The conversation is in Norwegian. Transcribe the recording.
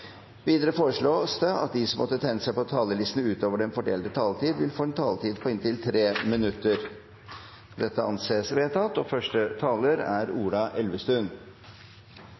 Videre foreslås det at de som måtte tegne seg på talerlisten utover den fordelte taletid, får en taletid på inntil 3 minutter. – Det anses vedtatt.